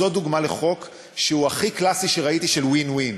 זאת דוגמה לחוק הכי קלאסי שראיתי של win-win.